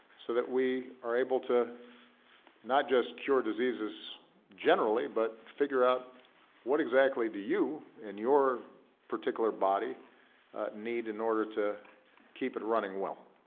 so that we are able to not just cure diseases generally, but figure out what exactly do you in your particular body need in order to keep it running well.